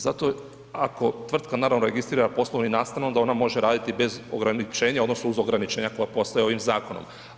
Zato ako tvrtka naravno registrira poslovni nastan onda ona može raditi bez ograničenja, odnosno uz ograničenja koja postoje ovim zakonom.